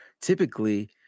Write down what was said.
typically